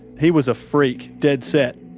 he was a freak. dead set.